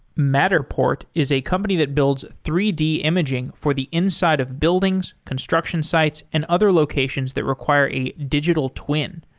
matterport is a company that builds three d imaging for the inside of buildings, construction sites and other locations that require a digital twin.